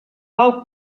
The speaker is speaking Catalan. pau